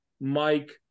Mike